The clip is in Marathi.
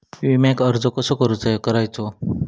विम्याक अर्ज कसो करायचो?